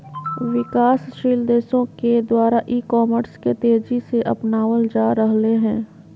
विकासशील देशों के द्वारा ई कॉमर्स के तेज़ी से अपनावल जा रहले हें